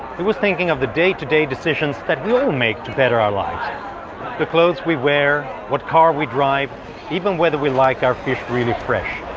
he was thinking of the day-to-day decisions that we all make to better our lives the clothes we wear, what car we drive even whether we like our fish really fresh.